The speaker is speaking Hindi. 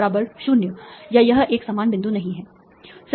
PR 0 या यह एक समान बिंदु नहीं है